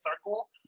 circle